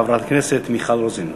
חברת הכנסת מיכל רוזין.